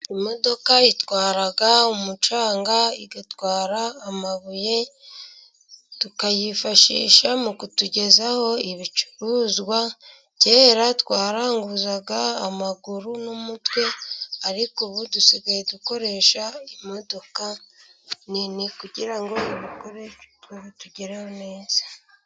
Imodoka itwara umucanga, igatwara amabuye, tukayifashisha mu kutugezaho ibicuruzwa, kera twaranguzaga amaguru n'umutwe, ariko ubu dusigaye dukoresha imodoka nini, kugira ngo ibikore, bitugereho neza.